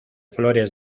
flores